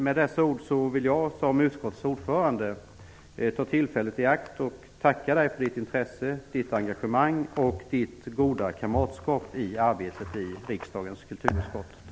Med dessa ord vill jag, som utskottets ordförande, tacka dig för ditt intresse, ditt engagemang och ditt goda kamratskap i arbetet i riksdagens kulturutskott.